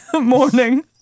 morning